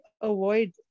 avoid